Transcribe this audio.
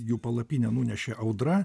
jų palapinę nunešė audra